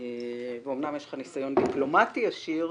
אמנם יש לך ניסיון דיפלומטי עשיר,